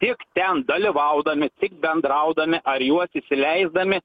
tik ten dalyvaudami tik bendraudami ar juo įsileisdami